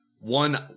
one